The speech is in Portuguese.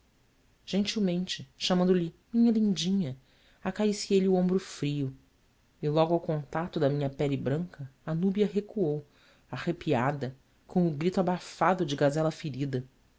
gentilmente chamando-lhe minha lindinha acariciei lhe o ombro frio e logo ao contato da minha pele branca a núbia recuou arrepiada com um grito abafado de gazela ferida